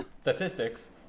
statistics